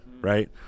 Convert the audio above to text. right